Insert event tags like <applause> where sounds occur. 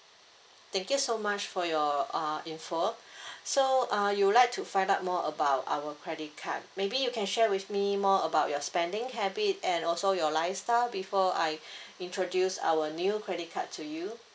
thank you so much for your uh info so uh you'd like to find out more about our credit card maybe you can share with me more about your spending habit and also your lifestyle before I <breath> introduce our new credit card to you